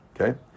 Okay